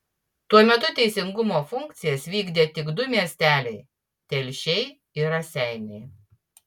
tuo metu teisingumo funkcijas vykdė tik du miesteliai telšiai ir raseiniai